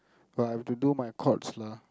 but I have to do my courts lah